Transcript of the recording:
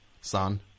son